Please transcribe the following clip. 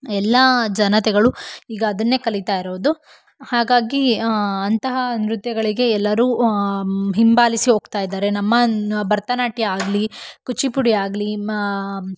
ಎಲ್ಲ ಜನತೆಗಳು ಈಗ ಅದನ್ನೇ ಕಲಿತಾ ಇರೋದು ಹಾಗಾಗಿ ಅಂತಹ ನೃತ್ಯಗಳಿಗೆ ಎಲ್ಲರೂ ಹಿಂಬಾಲಿಸಿ ಹೋಗ್ತಾ ಇದ್ದಾರೆ ನಮ್ಮ ಭರತನಾಟ್ಯ ಆಗಲಿ ಕೂಚಿಪುಡಿ ಆಗಲಿ